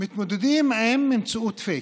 מתמודדים עם מציאות פייק.